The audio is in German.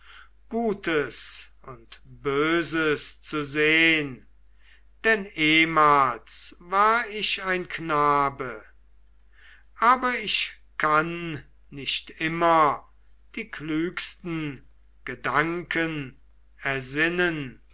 gutes und böses zu sehn denn ehmals war ich ein knabe aber ich kann nicht immer die klügsten gedanken ersinnen